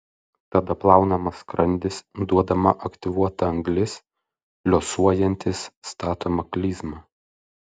tada plaunamas skrandis duodama aktyvuota anglis liuosuojantys statoma klizma